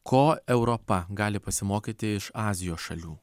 ko europa gali pasimokyti iš azijos šalių